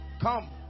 Come